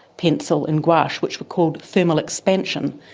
pencil, and gauche, which were called thermal expansion,